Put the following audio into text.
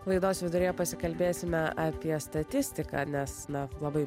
laidos viduryje pasikalbėsime apie statistiką nes na labai